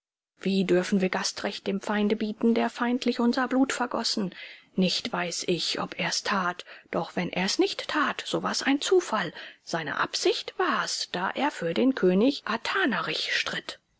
wie dürfen wir gastrecht dem feinde bieten der feindlich unser blut vergossen nicht weiß ich ob er's tat doch wenn er es nicht tat so war's ein zufall seine absicht war's da er für den könig athanarich stritt